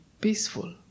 peaceful